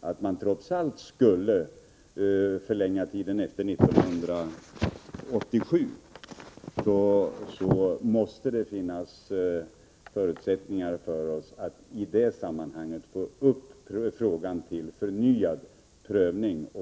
att man trots allt vill förlänga tillståndstiden att gälla efter 1987, måste det finnas förutsättningar för oss att få upp frågan till förnyad prövning.